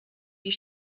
die